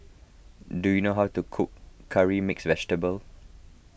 do you know how to cook Curry Mixed Vegetable